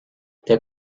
der